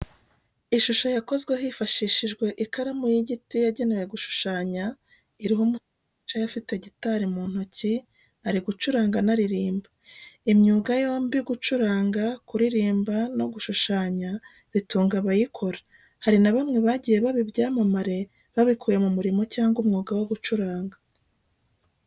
Ishusho yakozwe hifashishijwe ikaramu y'igiti yagenewe gushushanya, iriho umusore wicaye afite gitari mu ntoki ari gucuranga anaririmba. Imyuga yombi gucuranga, kuririmba no gushushanya bitunga abayikora, hari na bamwe bagiye baba ibyamamare babikuye mu murimo cyangwa umwuga wo gucuranga.